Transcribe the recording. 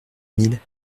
mille